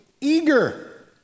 eager